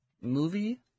movie